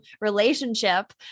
relationship